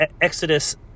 Exodus